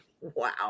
Wow